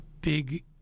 big